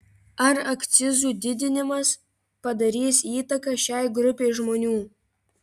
ar akcizų didinimas padarys įtaką šiai grupei žmonių